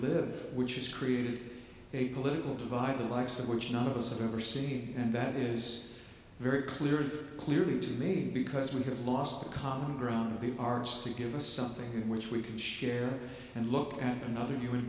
live which has created a political divide the likes of which none of us have ever seen and that is very clear and clearly to me because we have lost the common ground of the arts to give us something which we can share and look at another human